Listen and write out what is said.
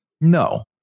No